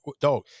dog